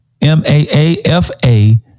M-A-A-F-A